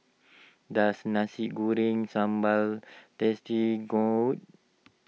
does Nasi Goreng Sambal tasty good